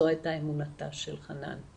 זו הייתה אמונתה של חנאן.